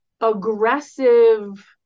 aggressive